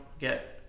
get